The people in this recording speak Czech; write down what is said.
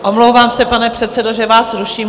Omlouvám se, pane předsedo, že vás ruším.